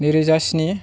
नैरोजा स्नि